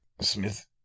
Smith